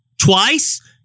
twice